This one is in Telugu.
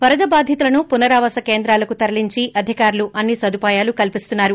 వరద బాధితులను పునరావాసకేంద్రాలకు తరలించ్ అధికారులు అన్ని సదుపాయాలు కల్పిస్తున్నారు